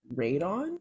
radon